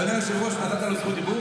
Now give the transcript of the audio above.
אדוני היושב-ראש, נתת לו רשות דיבור?